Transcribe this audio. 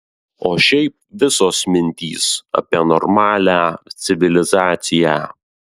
o šiaip visos mintys apie normalią civilizaciją